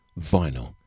vinyl